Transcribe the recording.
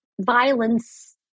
violence